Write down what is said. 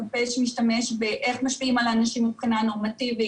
קמפיין שמשתמש בידע איך משפיעים על אנשים מבחינה נורמטיבית,